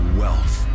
wealth